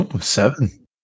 Seven